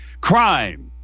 Crime